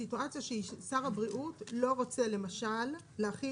הסיטואציה היא ששר הבריאות לא רוצה למשל להחיל